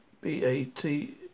b-a-t